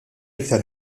aktar